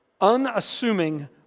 unassuming